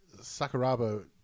Sakuraba